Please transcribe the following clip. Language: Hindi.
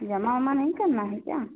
जमा ओमा नहीं करना है क्या